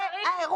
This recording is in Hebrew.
זה האירוע.